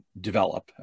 develop